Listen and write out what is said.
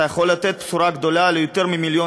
אתה יכול לתת בשורה גדולה ליותר ממיליון